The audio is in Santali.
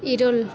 ᱤᱨᱟᱹᱞ